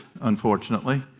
unfortunately